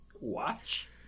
Watch